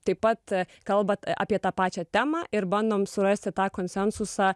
taip pat kalbat apie tą pačią temą ir bandom surasti tą konsensusą